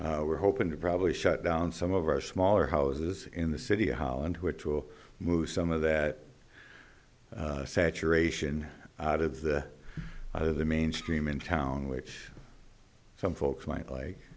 we're hoping to probably shut down some of our smaller houses in the city of holland which will move some of that saturation out of the other the mainstream in town which some folks might like